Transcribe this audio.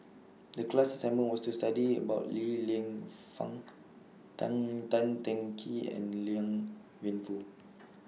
The class assignment was to study about Li Lienfung Tan Tan Teng Kee and Liang Wenfu